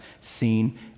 seen